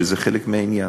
שזה חלק מהעניין.